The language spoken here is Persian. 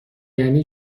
یعنی